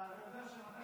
אתה יודע שמתי